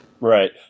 Right